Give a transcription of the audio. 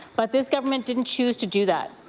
but this government didn't choose to do that.